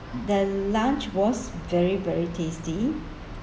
the lunch was very very tasty